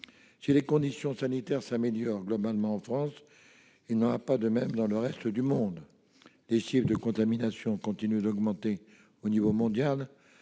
Si les conditions sanitaires s'améliorent globalement en France, il n'en va pas de même dans le reste du monde : les chiffres des contaminations continuent d'augmenter à l'échelle mondiale.